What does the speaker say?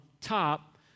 top